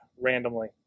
randomly